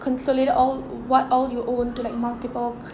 consolidate all what all you own to like multiple cr~